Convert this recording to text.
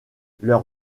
leur